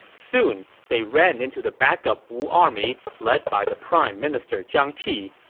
soon, they ran into the backup wu army led by the prime minister zhang ti,